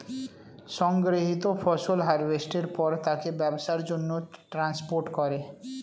সংগৃহীত ফসল হারভেস্টের পর তাকে ব্যবসার জন্যে ট্রান্সপোর্ট করে